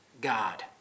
God